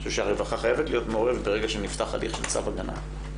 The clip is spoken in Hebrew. אני חושב שהרווחה חייבת להיות מעורבת ברגע שנפתח הליך של צו הגנה.